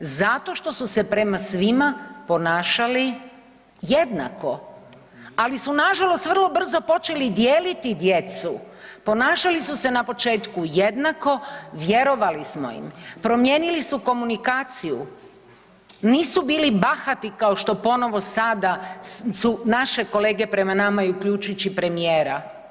Zato što su se prema svima ponašali jednako, ali su nažalost vrlo brzo počeli dijeliti djecu, ponašali su se na početku jednako, vjerovali smo im, promijenili su komunikaciju, nisu bili bahati kao što ponovo sada su naše kolege prema nama i uključujući premijera.